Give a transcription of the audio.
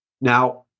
Now